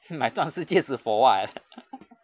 买钻石戒指 for what